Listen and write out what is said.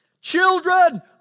Children